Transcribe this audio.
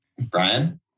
Brian